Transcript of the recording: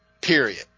period